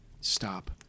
Stop